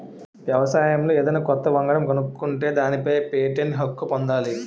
వ్యవసాయంలో ఏదన్నా కొత్త వంగడం కనుక్కుంటే దానిపై పేటెంట్ హక్కు పొందాలి